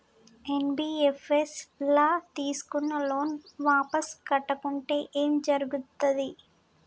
NBFS ల తీస్కున్న loan వాపస్ కట్టకుంటే ఏం జర్గుతది?